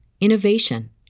innovation